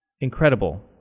Incredible